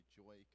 joy